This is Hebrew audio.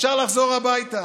אפשר לחזור הביתה.